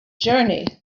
journey